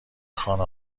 خانه